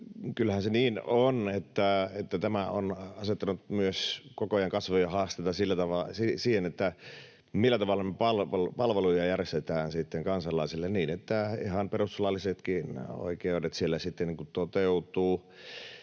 kyllähän se on niin, että tämä on asettanut myös koko ajan kasvavia haasteita siihen, millä tavalla me palveluja järjestetään kansalaisille niin, että ihan perustuslaillisetkin oikeudet siellä sitten